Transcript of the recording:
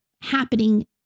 happening